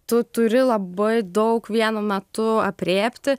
tu turi labai daug vienu metu aprėpti